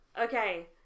Okay